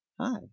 hi